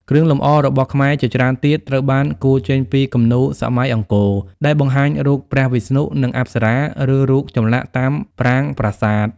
គ្រឿងលម្អរបស់ខ្មែរជាច្រើនទៀតត្រូវបានគូរចេញពីគំនូរសម័យអង្គរដែលបង្ហាញរូបព្រះវិស្ណុ និងអប្សរាឬរូបចម្លាក់តាមប្រាង្គប្រាសាទ។